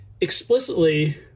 explicitly